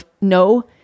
no